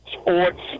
sports